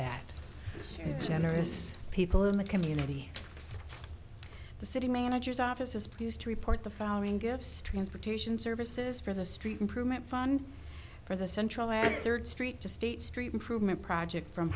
that generous people in the community the city manager's office is pleased to report the following gifts transportation services for the street improvement fund for the central and third street to state street improvement project from